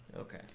Okay